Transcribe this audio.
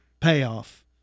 payoff